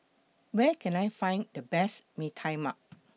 Where Can I Find The Best Mee Tai Mak